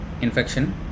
infection